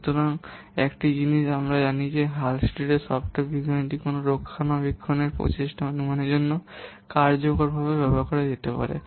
সুতরাং একটি জিনিস আমরা জানি যে হালসস্টেড সফ্টওয়্যার বিজ্ঞান কোন রক্ষণাবেক্ষণের প্রচেষ্টা অনুমানের জন্য কার্যকরভাবে ব্যবহার করা যেতে পারে